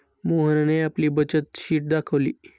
मोहनने आपली बचत शीट दाखवली